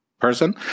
Person